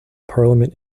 parliament